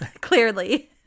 clearly